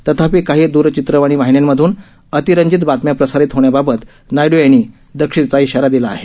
तथापि काही दूरचित्रवाणी वाहिन्यांमधून अतिरंजित बातम्या प्रसारित होण्याबाबत नायडू यांनी दक्षतेचा इशारा दिला आहे